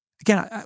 again